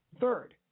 Third